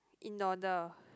in order